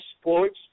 sports